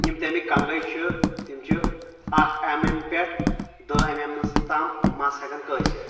یِم تمیِکۍ کنگَے چھِ تِم چھِ اکھ اٮ۪م اٮ۪م پٮ۪ٹھ دٔہ اٮ۪م اٮ۪م مس تام مس ہٮ۪کان کٲسِتھ